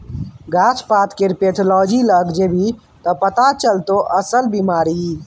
गाछ पातकेर पैथोलॉजी लग जेभी त पथा चलतौ अस्सल बिमारी